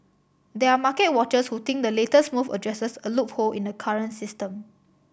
there are market watchers who think the latest move addresses a loophole in the current system